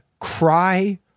cry